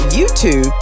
YouTube